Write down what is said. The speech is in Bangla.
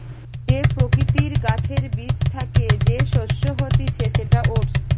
যে প্রকৃতির গাছের বীজ থ্যাকে যে শস্য হতিছে সেটা ওটস